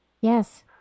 Yes